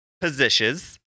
positions